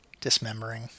Dismembering